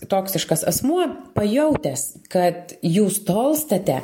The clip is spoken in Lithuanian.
toksiškas asmuo pajautęs kad jūs tolstate